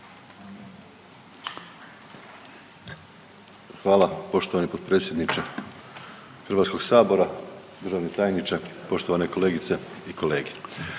Hvala poštovani potpredsjedniče HS-a. Državni tajniče, poštovane kolegice i kolege.